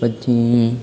પછી